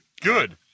Good